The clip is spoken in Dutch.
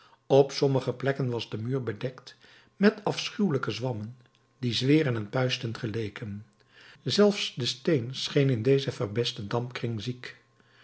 op sommige plekken was de muur bedekt met afschuwelijke zwammen die zweren en puisten geleken zelfs de steen scheen in dezen verpesten dampkring ziek